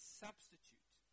substitute